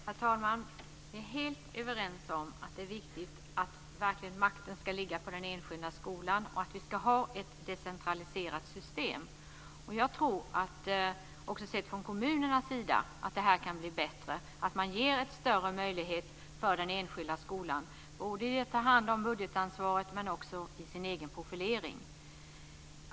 Herr talman! Vi är helt överens om att det är viktigt att makten verkligen ska ligga på den enskilda skolan och att vi ska ha ett decentraliserat system. Också sett från kommunernas sida tror jag att det kan bli bättre genom att man ger större möjligheter för den enskilda skolan att ta hand om budgetansvaret men också sin egen profilering.